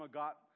got